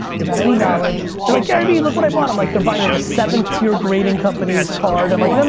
without any knowledge. they're like, gary v, look what i bought! i'm like they're buying like a seventh tier grading company's card. i'm like, no, no,